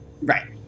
Right